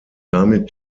damit